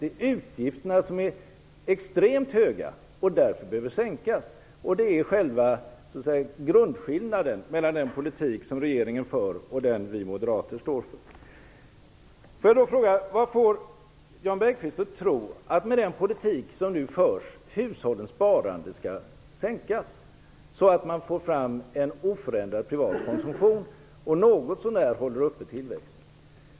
Det är utgifterna som är extremt höga och därför behöver sänkas. Det är grundskillnaden mellan den politik som regeringen för och den vi moderater står för. Får jag då fråga: Vad får Jan Bergqvist att tro att med den politik som nu förs hushållens sparande skall sänkas, så att man får en oförändrad privat konsumtion och något så när håller uppe tillväxten?